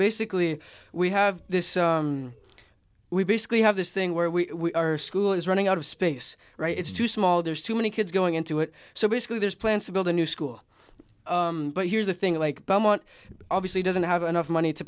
basically we have this we basically have this thing where we are school is running out of space right it's too small there's too many kids going into it so basically there's plans to build a new school but here's the thing i like belmont obviously doesn't have enough money to